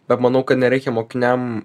bet manau kad nereikia mokiniam